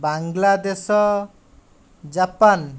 Bangladesh Japan